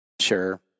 Sure